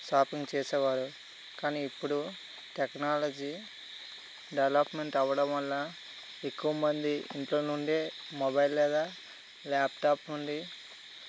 shopping చేసేవారు కానీ ఇప్పుడు టెక్నాలజీ డెవలప్మెంట్ అవ్వడం వల్ల ఎక్కువమంది ఇంట్లో నుండి మొబైల్ లేదా ల్యాప్టాప్ నుండి